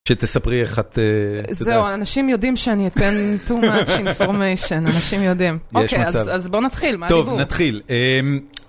שתספרי איך את... זהו, אנשים יודעים שאני אתן too much information, אנשים יודעים. אוקיי, אז בואו נתחיל, מה ליבו. טוב, נתחיל.